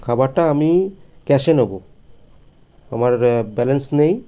খাবারটা আমি ক্যাশে নেব আমার ব্যালেন্স নেই